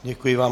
Děkuji vám.